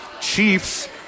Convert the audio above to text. Chiefs